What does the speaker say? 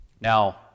now